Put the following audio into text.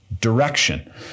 direction